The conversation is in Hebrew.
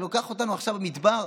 אתה לוקח אותנו עכשיו למדבר?